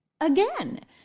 again